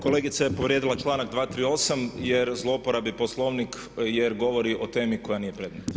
Kolegica je povrijedila članak 238.jer zlouporabi Poslovnik jer govori o temi koja nije predmet.